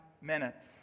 minutes